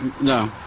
No